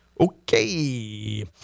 Okay